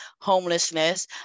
homelessness